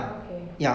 okay